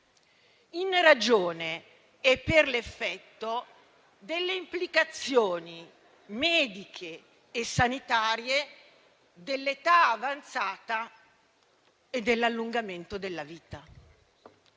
in ragione e per l'effetto delle implicazioni mediche e sanitarie dell'età avanzata e dell'allungamento della vita.